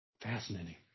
Fascinating